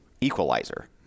equalizer